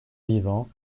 vivant